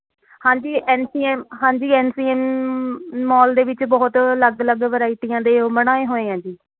ਹਾਂਜੀ N C M ਹਾਂਜੀ N C M mall ਦੇ ਵਿੱਚ ਬਹੁਤ ਅਲੱਗ ਅਲੱਗ ਵਰਾਇਟੀਆਂ ਦੇ ਉਹ ਬਣਾਏ ਹੋਏ ਹੈ ਜੀ